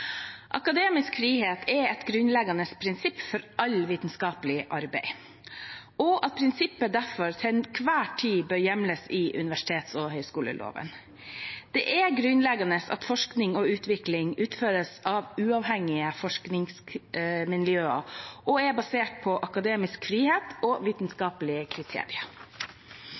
Akademisk frihet er et grunnleggende prinsipp for alt vitenskapelig arbeid, og prinsippet bør derfor til enhver tid hjemles i universitets- og høyskoleloven. Det er grunnleggende at forskning og utvikling utføres av uavhengige forskningsmiljøer og er basert på akademisk frihet og vitenskapelige kriterier.